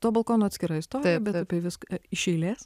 to balkono atskira istorija bet apie viską iš eilės